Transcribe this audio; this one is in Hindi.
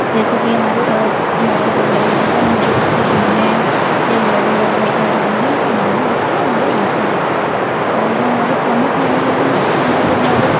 जैसे कि हमारे अ माॅल वगैरह हैं इधर हमारे बच्चे घूमने या बर्डे वर्डे अपना जनमदिन मनाने बच्चे हमारे जाते हैं और जो हमारे प्रमुख मनोरंजन स्थान हैं जो हमारे